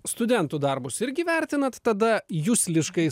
studentų darbus irgi vertinat tada jusliškai